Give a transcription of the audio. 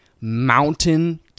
mountain